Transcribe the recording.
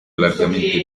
largamente